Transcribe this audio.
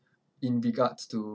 in regards to